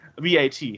VAT